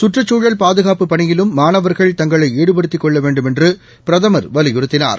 கற்றுச்சூழல் பாதுகாப்புப் பணியிலும் மாணவர்கள் தங்களைஈடுபடுத்திக் கொள்ளவேண்டும் என்றுபிரதமர் வலிபுறுத்தினார்